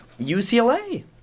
UCLA